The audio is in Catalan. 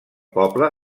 poble